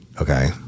Okay